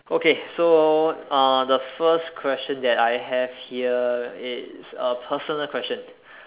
okay so uh the first question that I have here it's a personal question